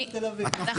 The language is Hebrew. רוטמן,